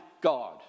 God